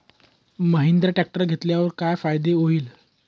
Mahindra tractor घेतल्यावर काय फायदा होईल?